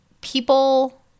people